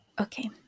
okay